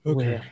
Okay